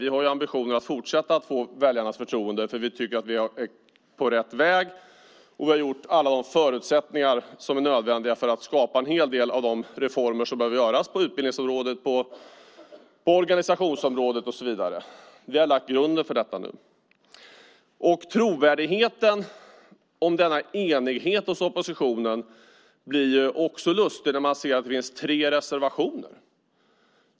Vi har ambitionen att fortsatt få väljarnas förtroende eftersom vi tycker att vi är på rätt väg och att vi har gjort allt det som är nödvändiga förutsättningar för att skapa en hel del av de reformer som behöver göras på utbildningsområdet, på organisationsområdet och så vidare. Vi har lagt grunden för detta nu. Trovärdigheten i fråga om enigheten hos oppositionen framstår som lite lustig när man ser att det finns tre reservationer.